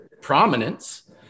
prominence